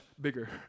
bigger